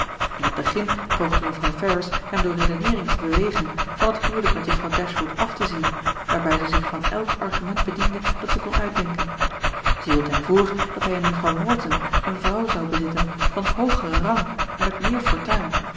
in het begin poogde mevrouw ferrars hem door redeneering te bewegen van het huwelijk met juffrouw dashwood af te zien waarbij zij zich van elk argument bediende dat zij kon uitdenken zij hield hem voor dat hij in juffrouw morton eene vrouw zou bezitten van hoogeren rang en met meer fortuin